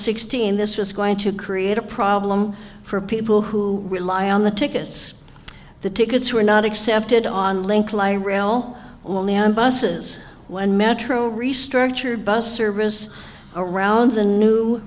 sixteen this was going to create a problem for people who rely on the tickets the tickets were not accepted on link ly rail only on buses and metro restructured bus service around the new